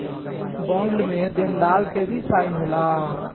bond में देनदार के भी साइन होला